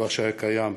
דבר שהיה קיים,